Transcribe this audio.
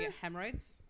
hemorrhoids